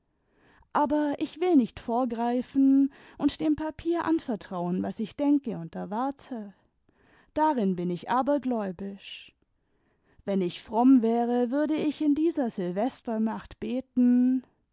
aber ich will nicht vorgreifen und dem papier anvertrauen was ich denke und erwarte darin bin ich abergläubisch wenn ich fromm wäre würde ich in dieser silvesternacht beten